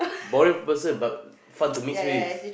boring person but fun to meet with